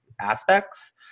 aspects